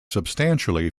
substantially